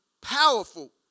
powerful